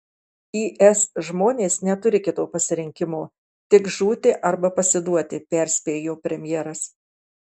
is žmonės neturi kito pasirinkimo tik žūti arba pasiduoti perspėjo premjeras